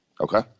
Okay